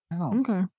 Okay